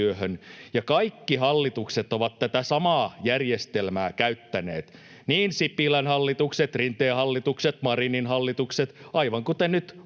Kaikki hallitukset ovat tätä samaa järjestelmää käyttäneet, niin Sipilän hallitukset, Rinteen hallitukset, Marinin hallitukset, aivan kuten nyt